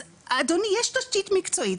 אז אדוני, יש תשתית מקצועית.